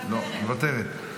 מוותרת,